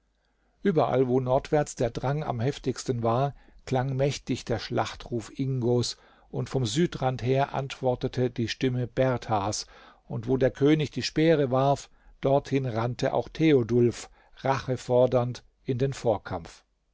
überall wo nordwärts der drang am heftigsten war klang mächtig der schlachtruf ingos und vom südrand her antwortete die stimme berthars und wo der könig die speere warf dorthin rannte auch theodulf rache fordernd in den vorkampf